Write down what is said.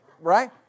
right